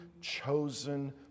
chosen